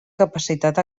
capacitat